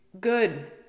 good